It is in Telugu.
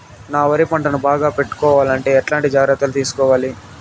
నా వరి పంటను బాగా పెట్టుకోవాలంటే ఎట్లాంటి జాగ్రత్త లు తీసుకోవాలి?